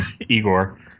Igor